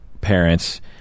parents